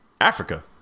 africa